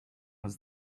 was